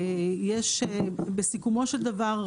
יש בסיכומו של דבר,